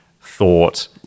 thought